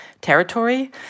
territory